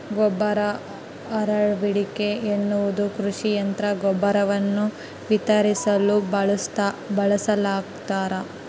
ಗೊಬ್ಬರ ಹರಡುವಿಕೆ ಎನ್ನುವುದು ಕೃಷಿ ಯಂತ್ರ ಗೊಬ್ಬರವನ್ನು ವಿತರಿಸಲು ಬಳಸಲಾಗ್ತದ